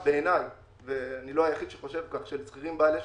שבעיניי ואני לא היחיד שחושב כך האוכלוסייה של שכירים בעלי שליטה,